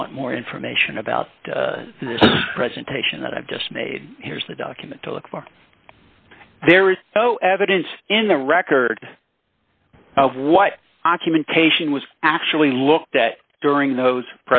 you want more information about this presentation that i've just made here's the document to look for there is zero evidence in the record of what documentation was actually looked at during those